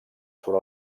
sobre